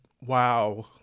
wow